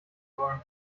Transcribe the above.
wollen